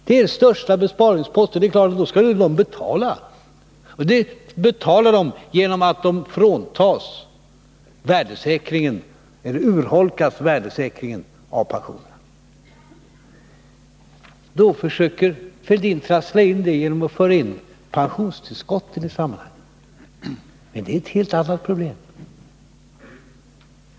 Det är den största besparingsposten, och pensionärerna betalar genom att värdesäkringen av pensionerna urholkas. Då försöker Thorbjörn Fälldin trassla till det genom att föra in pensionstillskotten i sammanhanget. Men det är ett helt annat problem.